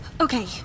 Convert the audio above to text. Okay